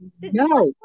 no